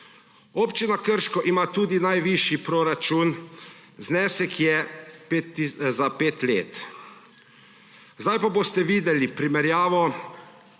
Občina Krško ima tudi najvišji proračun, znesek je za pet let. Zdaj pa boste videli primerjavo